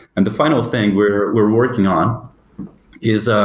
and the final thing we're we're working on is ah